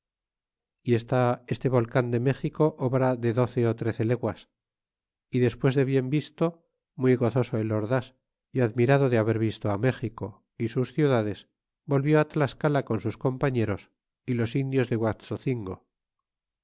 y está este volean de méxico obra de doce ó trece leguas y despues de bien visto muy gozoso el ordás y admirado de haber visto á méxico y sus ciudades volvió tlascala con sus compañeros y los indios de guaxocingo